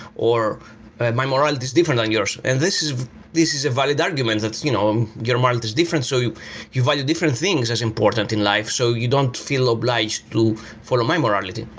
or my morality is different than yours. and this is this is a valid argument that you know um your morality is different, so you you value different things as important in life, so you don't feel obliged to follow my morality,